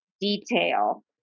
detail